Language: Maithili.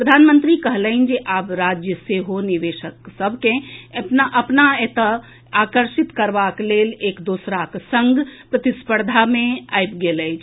प्रधानमंत्री कहलनि जे आब राज्य सेहो निवेशक सभ के अपन एतय आकर्षित करबाक लेल एक दोसराक संग प्रतिस्पर्धा मे आबि गेल अछि